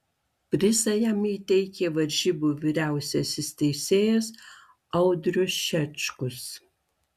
prizą jam įteikė varžybų vyriausiasis teisėjas audrius šečkus